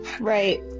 right